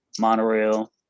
monorail